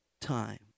time